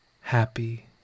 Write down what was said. happy